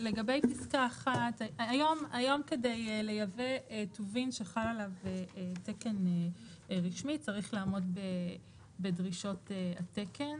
היום כדי לייבא טובין שחל עליו תקן רשמי צריך לעמוד בדרישות התקן,